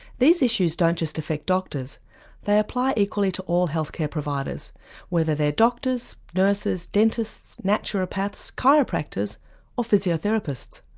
these issues don't just affect doctors they apply equally to all health care providers whether they're doctors, nurses, dentists, naturopaths, chiropractors or physiotherapists.